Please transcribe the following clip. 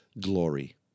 glory